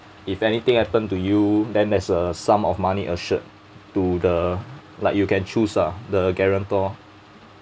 if anything happen to you then there's a sum of money assured to the like you can choose lah the guarantor